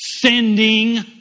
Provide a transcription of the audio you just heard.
sending